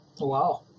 Wow